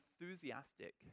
enthusiastic